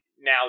now